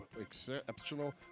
exceptional